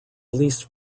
least